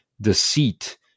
deceit